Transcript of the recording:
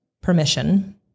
permission